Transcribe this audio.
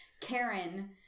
Karen